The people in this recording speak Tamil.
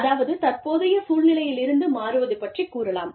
அதாவது தற்போதைய சூழ்நிலையிலிருந்து மாறுவது பற்றிக் கூறலாம்